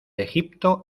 egipto